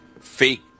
fake